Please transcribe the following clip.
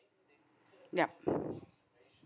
yup